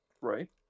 Right